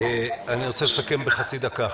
אני רוצה לסכם בחצי דקה.